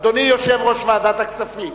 אדוני יושב-ראש ועדת הכספים,